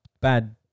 bad